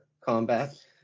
combat